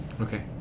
Okay